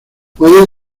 puedes